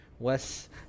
Wes